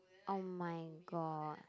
oh-my-god